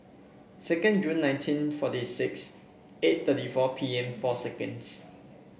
second July nineteen forty six eight thirty four P M four seconds